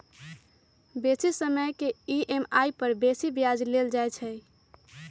बेशी समय के ई.एम.आई पर बेशी ब्याज लेल जाइ छइ